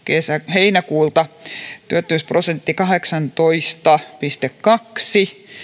heinäkuulta kahdeksantoista pilkku kaksi